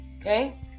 okay